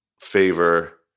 favor